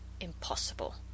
Impossible